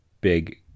big